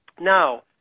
Now